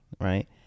right